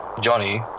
Johnny